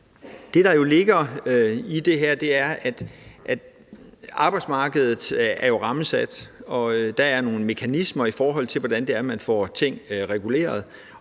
Det, der jo ligger i det her, er, at arbejdsmarkedet er rammesat, og at der er nogle mekanismer, i forhold til hvordan man får ting reguleret,